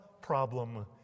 problem